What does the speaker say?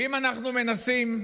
ואם אנחנו מנסים,